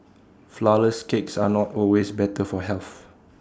Flourless Cakes are not always better for health